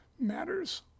matters